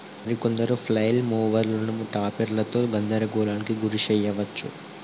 మరి కొందరు ఫ్లైల్ మోవరులను టాపెర్లతో గందరగోళానికి గురి శెయ్యవచ్చు